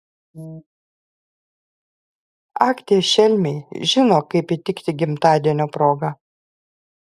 ak tie šelmiai žino kaip įtikti gimtadienio proga